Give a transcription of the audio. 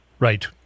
Right